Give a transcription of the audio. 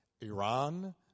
Iran